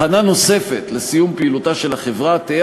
הכנה נוספת לסיום פעילותה של החברה תהא